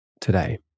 today